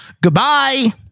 Goodbye